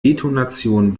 detonation